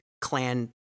clan